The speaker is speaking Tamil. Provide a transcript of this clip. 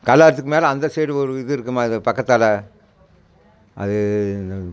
கல்லாத்துக்கு மேல அந்த சைடு ஒரு இது இருக்குதும்மா அது பக்கத்தால் அது